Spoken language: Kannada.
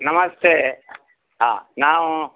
ನಮಸ್ತೆ ಹಾಂ ನಾವು